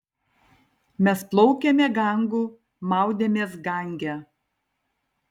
mes plaukėme gangu maudėmės gange